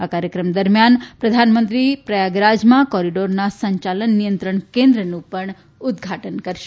આ કાર્યક્રમ દરમિયાન પ્રધાનમંત્રી પ્રયાગરાજમાં કોરીડોરના સંચાલન નિયંત્રણ કેન્દ્રનું પણ ઉદઘાટન કરશે